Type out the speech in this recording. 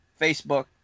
Facebook